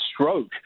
stroke